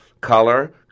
Color